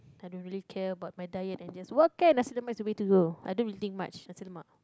I don't care about my diet and just okay Nasi-Lemak is the way to go I don't really think much Nasi-Lemak